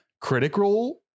critical